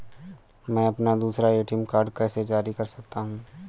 मैं अपना दूसरा ए.टी.एम कार्ड कैसे जारी कर सकता हूँ?